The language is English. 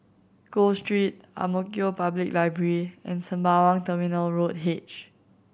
Gul Street Ang Mo Kio Public Library and Sembawang Terminal Road H